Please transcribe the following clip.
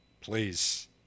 Please